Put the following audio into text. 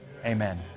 Amen